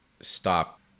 stop